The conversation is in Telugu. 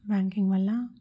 బ్యాంకింగ్ వల్ల